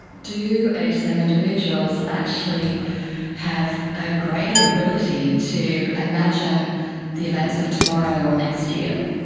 do hsam individuals actually have a greater ability to imagine the events of tomorrow or next year?